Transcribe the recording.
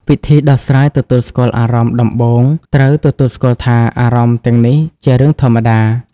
វិធីដោះស្រាយទទួលស្គាល់អារម្មណ៍ដំបូងត្រូវទទួលស្គាល់ថា អារម្មណ៍ទាំងនេះជារឿងធម្មតា។